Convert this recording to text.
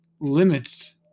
limits